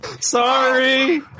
Sorry